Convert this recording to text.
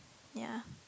ya